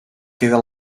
queda